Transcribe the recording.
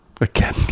Again